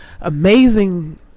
amazing